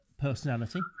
personality